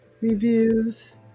reviews